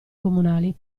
comunali